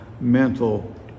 mental